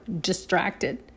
distracted